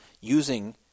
using